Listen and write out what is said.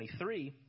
23